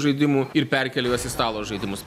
žaidimų ir perkelia juos į stalo žaidimus